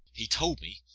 he told me,